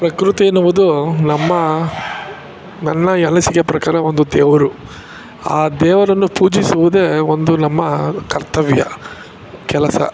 ಪ್ರಕೃತಿ ಎನ್ನುವುದು ನಮ್ಮ ನನ್ನ ಈ ಅನಿಸಿಕೆ ಪ್ರಕಾರ ಒಂದು ದೇವರು ಆ ದೇವರನ್ನು ಪೂಜಿಸುವುದೇ ಒಂದು ನಮ್ಮ ಕರ್ತವ್ಯ ಕೆಲಸ